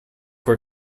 were